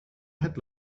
het